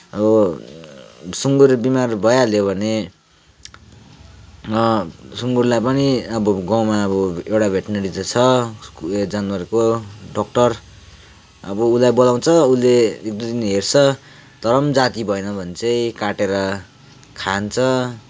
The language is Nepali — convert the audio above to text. अब सुँगुर बिमार भइहाल्यो भने सुँगुरलाई पनि अब गाउँमा अब एउटा भेटनेरी त छ जनावरको डक्टर अब उसलाई बोलाउँछ उसले एक दुई दिन हेर्छ तर पनि जाती भएन भने चाहिँ काटेर खान्छ